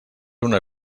una